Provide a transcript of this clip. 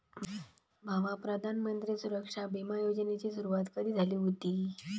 भावा, प्रधानमंत्री सुरक्षा बिमा योजनेची सुरुवात कधी झाली हुती